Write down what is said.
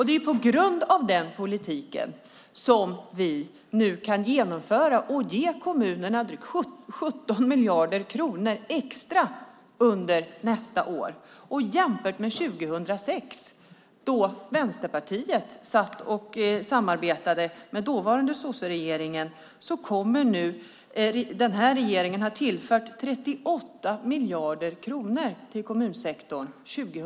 Det är på grund av denna politik som vi nu kan ge kommunerna 17 miljarder kronor extra under nästa år. Jämfört med 2006, då Vänsterpartiet samarbetade med dåvarande sosseregeringen, kommer denna regering att ha tillfört 38 miljarder kronor till kommunsektorn 2010.